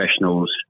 professionals